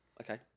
Okay